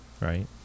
right